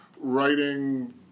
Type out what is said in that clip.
writing